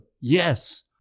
yes